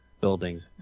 building